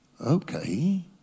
Okay